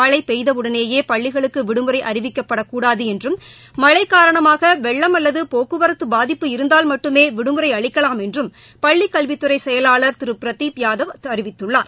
மழை பெய்தவுடனேயே பள்ளிகளுக்கு விடுமுறை அறிவிக்கக்கூடாது என்றும் மழை காரணமாக வெள்ளம் அல்லது போக்குவரத்து பாதிப்பு இருந்தால் மட்டுமே விடுமுறை அளிக்கவாம் என்றும் பள்ளிக் கல்வித்துறை செயலாளர் திரு பிரதீப் யாதவ் அறிவித்துள்ளார்